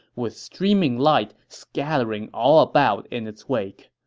with streaming light scattering all about in its wake.